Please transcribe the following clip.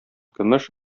көмеш